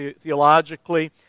theologically